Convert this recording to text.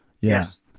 Yes